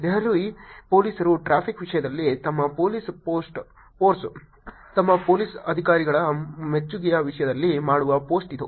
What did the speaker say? ದೆಹಲಿ ಪೊಲೀಸರು ಟ್ರಾಫಿಕ್ ವಿಷಯದಲ್ಲಿ ತಮ್ಮ ಪೋಲೀಸ್ ಫೋರ್ಸ್ ತಮ್ಮ ಪೋಲೀಸ್ ಅಧಿಕಾರಿಗಳ ಮೆಚ್ಚುಗೆಯ ವಿಷಯದಲ್ಲಿ ಮಾಡುವ ಪೋಸ್ಟ್ ಇದು